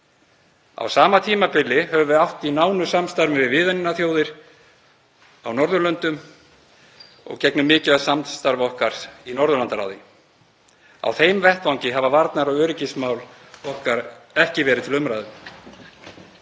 Á sama tímabili höfum við átt í nánu samstarfi við vinaþjóðir á Norðurlöndum og mikilvægt samstarf í Norðurlandaráði. Á þeim vettvangi hafa varnar- og öryggismál okkar ekki verið til umræðu.